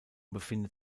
befindet